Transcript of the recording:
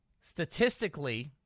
statistically